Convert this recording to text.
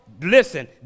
listen